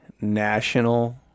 national